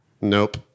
Nope